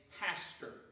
pastor